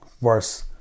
worse